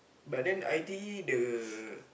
but then I_T_E the